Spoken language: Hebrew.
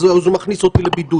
אז הוא מכניס אותי לבידוד.